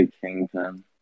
Kingpin